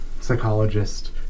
psychologist